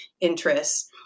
interests